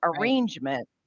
arrangement